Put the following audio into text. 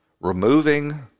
removing